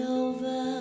over